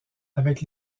avec